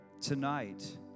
tonight